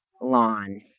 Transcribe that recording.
lawn